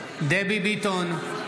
ביטון,